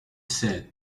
said